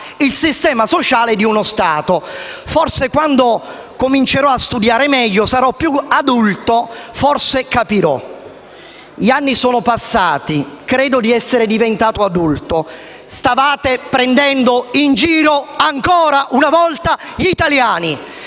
il sistema sociale di uno Stato. Forse quando comincerò a studiare meglio, quando sarò più adulto, allora capirò. Gli anni sono passati e credo di essere diventato adulto; ebbene, stavate prendendo in giro ancora una volta gli italiani.